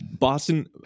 Boston